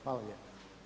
Hvala lijepa.